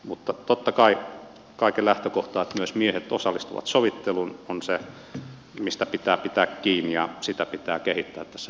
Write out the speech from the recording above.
mutta totta kai kaiken lähtökohta että myös miehet osallistuvat sovitteluun on se mistä pitää pitää kiinni ja sitä pitää kehittää tässä hyvässä systeemissä